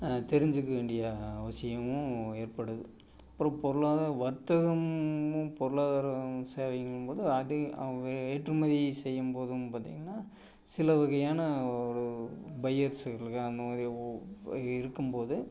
தெரிஞ்சிக்க வேண்டிய அவசியமும் ஏற்படுது அப்புறம் பொருளாக வர்த்தகமும் பொருளாதார சேவைங்களும்போது அது அவங்க ஏற்றுமதி செய்யும்போது வந்து பார்த்தீங்கன்னா சில வகையான ஒரு பையர்ஸுகள் அந்த மாதிரி ஒ இருக்கும்போது